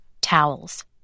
towels